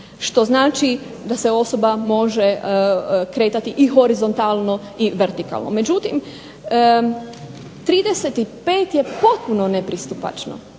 Što znači da se osoba može kretati i horizontalno i vertikalno. Međutim, 35 je potpuno nepristupačno,